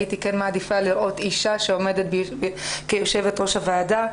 הייתי מעדיפה לראות אישה שעומדת כיושבת ראש הוועדה,